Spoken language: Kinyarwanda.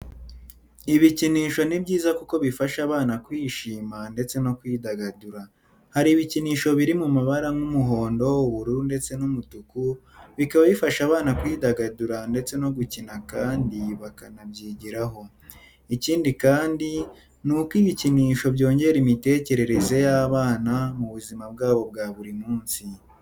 Ibikinisho ni byiza kuko bifasha abana kwishima ndetse no kwidagadura. Hari ibikinisho biri mu mabara nk'umuhondo, ubururu, ndetse n'umutuku bikaba bifasha abana kw'idagadura ndetse no gukina kandi bakanabyigiraho. Ikindi kandi ni uko ibikinisho byongera imitekerereze y'abana mu buzima bwabo bwa buri munsi.